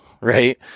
right